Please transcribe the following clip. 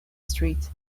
street